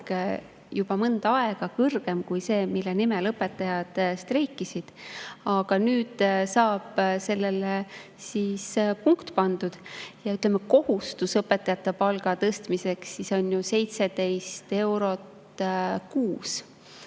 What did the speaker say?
juba mõnda aega kõrgem kui see, mille nimel õpetajad streikisid. Aga nüüd saab sellele siis punkt pandud. Kohustus õpetajate palga tõstmiseks on 17 eurot kuus.